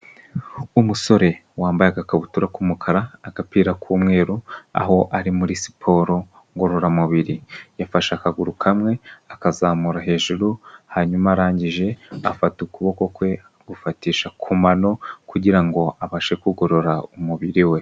Umusore wambaye agakabutura k'umukara, agapira k'umweru, aho ari muri siporo ngororamubiri, yafashe akaguru kamwe akazamura hejuru, hanyuma arangije afata ukuboko kwe agufatisha ku mano kugira ngo abashe kugorora umubiri we.